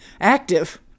active